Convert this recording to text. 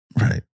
right